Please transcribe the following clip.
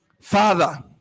Father